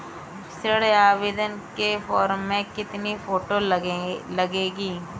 ऋण आवेदन के फॉर्म में कितनी फोटो लगेंगी?